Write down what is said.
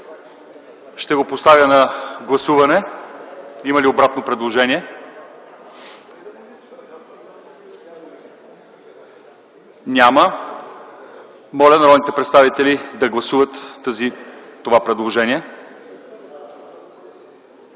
Ще го поставя на гласуване. Има ли обратно предложение? Няма. Моля народните представители да гласуват това предложение.